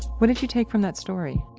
what did you take from that story?